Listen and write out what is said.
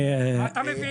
מה אתה מבין?